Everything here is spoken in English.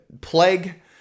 plague